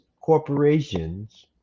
corporations